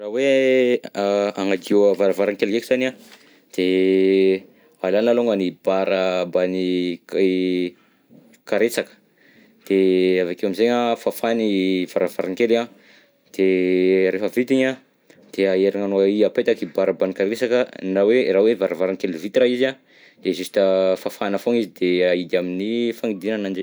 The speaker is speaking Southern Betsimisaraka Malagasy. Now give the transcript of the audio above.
Raha hoe agnadio varavankely ndreky zany an, de alana alongany ny bara mbany karetsaka, de avy akeo am'zegny an de fafana i varavarankely an, de rehefa vita igny an, de aherinagnao i apetaka i bara mbany karesaka, na hoe raha hoe varavarankely vitra izy an, de juste fafana foagna izy de ahidy amin'ny fagnidiana ananjy.